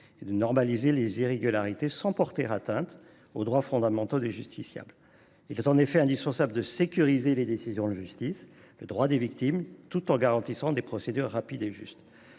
et de normaliser les irrégularités sans porter atteinte aux droits fondamentaux des justiciables. Il est en effet indispensable de sécuriser les décisions de justice et le droit des victimes, tout en garantissant des procédures rapides et justes.